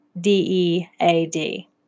D-E-A-D